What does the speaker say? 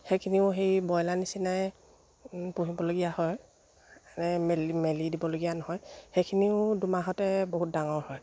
সেইখিনিও সেই ব্ৰইলাৰ নিচিনাই পুহিবলগীয়া হয় মেলি দিবলগীয়া নহয় সেইখিনিও দুমাহতে বহুত ডাঙৰ হয়